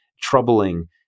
troubling